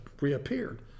reappeared